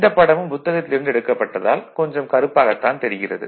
இந்தப் படமும் புத்தகத்தில் இருந்து எடுக்கப்பட்டதால் கொஞ்சம் கருப்பாகத் தெரிகிறது